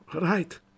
Right